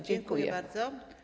Dziękuję bardzo.